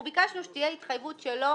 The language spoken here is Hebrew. אנחנו ביקשנו שתהיה התחייבות שלו,